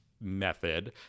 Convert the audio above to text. method